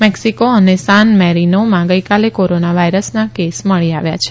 મેકસીકો અને સાન મેરીનોમાં ગઇકાલે કોરોના વાયરસના કેસ મળી આવ્યા છે